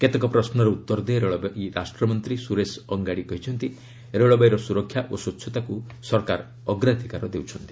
କେତେକ ପ୍ରଶ୍ନର ଉତ୍ତର ଦେଇ ରେଳବାଇ ରାଷ୍ଟ୍ର ମନ୍ତ୍ରୀ ସୁରେଶ ଅଙ୍ଗାଡ଼ି କହିଛନ୍ତି ରେଳବାଇର ସୁରକ୍ଷା ଓ ସ୍ୱଚ୍ଚତାକୁ ସରକାର ଅଗ୍ରାଧିକାର ଦେଉଛନ୍ତି